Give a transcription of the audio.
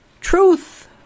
Truth